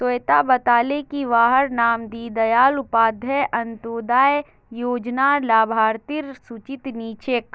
स्वेता बताले की वहार नाम दीं दयाल उपाध्याय अन्तोदय योज्नार लाभार्तिर सूचित नी छे